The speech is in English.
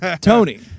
Tony